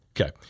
Okay